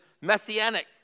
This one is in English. messianic